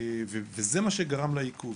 וזה מה שגרם לעיכוב.